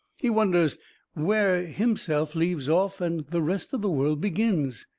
he wonders where himself leaves off and the rest of the world begins.